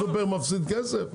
הסופר מפסיד כסף?